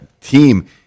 team